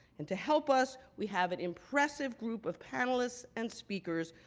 and to help us, we have an impressive group of panelists and speakers,